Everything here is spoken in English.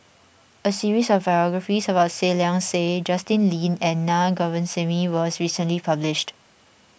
a series of biographies about Seah Liang Seah Justin Lean and Naa Govindasamy was recently published